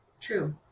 True